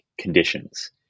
conditions